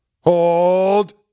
hold